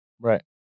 Right